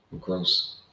gross